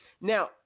Now